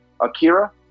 Akira